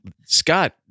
Scott